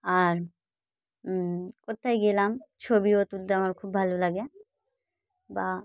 আর কোথাও গেলাম ছবিও তুলতে আমার খুব ভালো লাগে বা